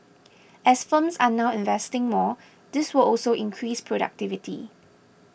as firms are now investing more this will also increase productivity